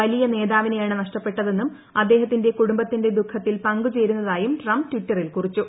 വലിയ നേതാവിനെയാണ് നഷ്ടപ്പെട്ടതെന്നും അദ്ദേഹത്തിന്റെ കുടുംബത്തിന്റെ ദുഃഖത്തിൽ പങ്കുചേരുന്നതായും ട്രംപ് ട്വിറ്ററിൽ കുറിച്ചു